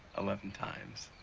eleven times.